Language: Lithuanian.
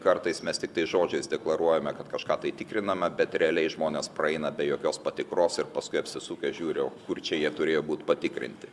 kartais mes tiktais žodžiais deklaruojame kad kažką tai tikriname bet realiai žmonės praeina be jokios patikros ir paskui apsisukęs žiūriu o kur čia jie turėjo būt patikrinti